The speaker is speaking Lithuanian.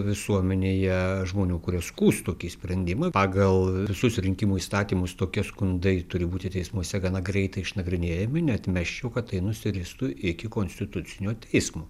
visuomenėje žmonių kurie skųs tokį sprendimą pagal visus rinkimų įstatymus tokie skundai turi būti teismuose gana greitai išnagrinėjami neatmesčiau kad tai nusiristų iki konstitucinio teismo